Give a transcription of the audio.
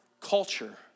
Culture